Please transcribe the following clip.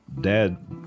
Dad